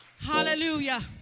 hallelujah